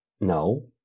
No